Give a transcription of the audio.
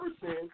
person